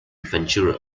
ventura